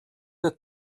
their